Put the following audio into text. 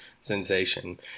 sensation